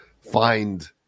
find